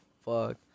fuck